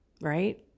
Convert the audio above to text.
right